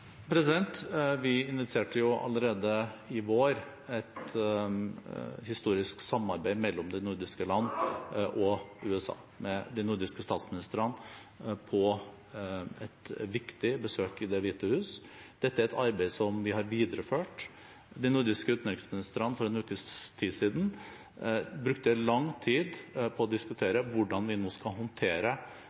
Vi initierte allerede i vår et historisk samarbeid mellom de nordiske land og USA med de nordiske statsministrene på et viktig besøk i Det hvite hus. Dette er et arbeid som vi har videreført. De nordiske utenriksministrene brukte for en ukes tid siden lang tid på å diskutere hvordan vi skal håndtere